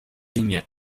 línea